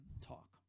talk